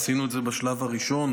עשינו את זה בשלב הראשון,